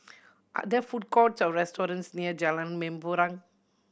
are there food courts or restaurants near Jalan Mempurong